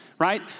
right